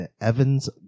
Evans